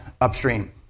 upstream